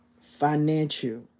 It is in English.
financial